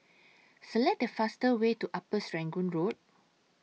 Select The fastest Way to Upper Serangoon Road